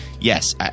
yes